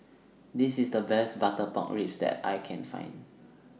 This IS The Best Butter Pork Ribs that I Can Find